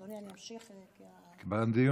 אדוני, אני אמשיך בסבב הבא.